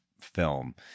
film